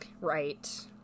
right